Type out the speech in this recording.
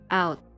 out